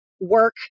work